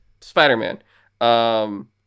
Spider-Man